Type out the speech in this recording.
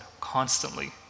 constantly